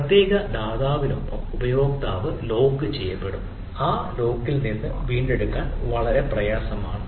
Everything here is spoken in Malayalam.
പ്രത്യേക ദാതാവിനൊപ്പം ഉപയോക്താവ് ലോക്ക് ചെയ്യപ്പെടും ആ ലോക്കിൽ നിന്ന് വീണ്ടെടുക്കാൻ വളരെ പ്രയാസമാണ്